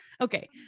Okay